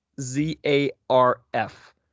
Z-A-R-F